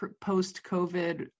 post-COVID